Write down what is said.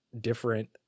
different